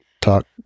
talk